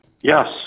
Yes